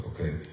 Okay